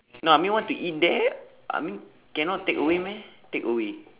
no I mean want to eat there I mean cannot takeaway meh takeaway